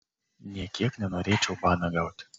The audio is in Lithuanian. nė kiek nenorėčiau baną gauti